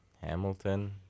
Hamilton